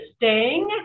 interesting